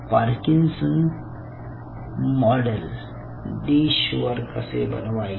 Parkinson model dish वर कसे बनवायचे